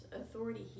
authority